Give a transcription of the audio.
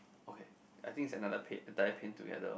okay I think is another paint entire paint together loh